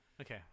Okay